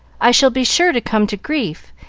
i shall be sure to come to grief,